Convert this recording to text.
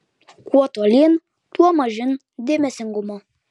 kuo tolyn tuo mažyn dėmesingumo